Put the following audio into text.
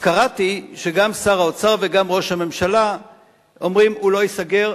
אז קראתי שגם שר האוצר וגם ראש הממשלה אומרים: הוא לא ייסגר,